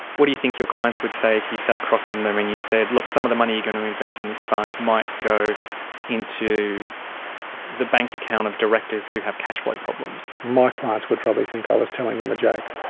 what do you think your clients would say if you sat across from them and you said look some of the money you're going to invest in this fund might go into the bank account of directors who have cash flow problems? my clients would probably think i was telling them a joke.